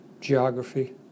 geography